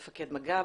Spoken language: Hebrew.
מפקד מג"ב,